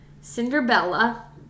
Cinderella